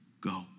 go